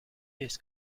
this